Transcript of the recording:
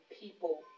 people